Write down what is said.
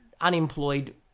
unemployed